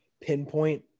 pinpoint